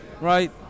right